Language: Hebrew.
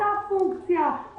אותה פונקציה,